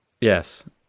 Yes